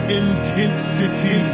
intensity